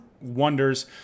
wonders